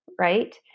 Right